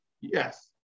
Yes